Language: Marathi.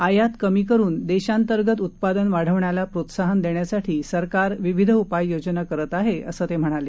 आयात कमी करुन देशांतर्गत उत्पादन वाढवण्याला प्रोत्साहन देण्यासाठी सरकार विविध उपाययोजना करत आहे असं ते म्हणाले